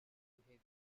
behavior